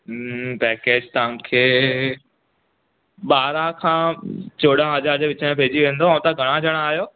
package तव्हांखे ॿारहं खां चोॾहं हज़ार जे विच में पएजी वेंदो ऐं तव्हां घणा ॼणा आहियो